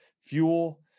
fuel